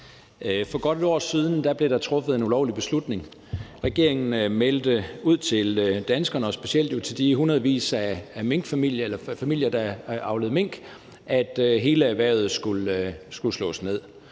For godt et år siden blev der truffet en ulovlig beslutning. Regeringen meldte ud til danskerne og jo specielt til de hundredvis af familier, der avlede mink, at hele erhvervet skulle slås ned.